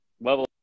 level